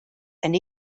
and